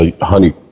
Honey